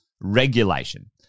regulation